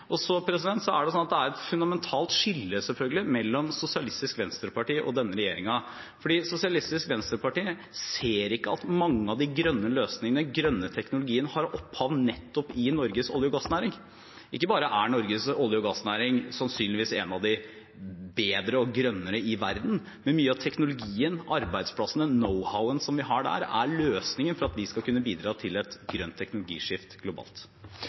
tempo. Så er det selvfølgelig et fundamentalt skille mellom Sosialistisk Venstreparti og denne regjeringen. Sosialistisk Venstreparti ser ikke at mange av de grønne løsningene, den grønne teknologien, har opphav nettopp i Norges olje- og gassnæring. Ikke bare er Norges olje- og gassnæring sannsynligvis en av de bedre og grønnere i verden, men mye av teknologien, arbeidsplassene, knowhowen som vi har der, er løsningen for at vi skal kunne bidra til et grønt teknologiskifte globalt.